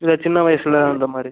இல்லை சின்ன வயசில் அந்த மாதிரி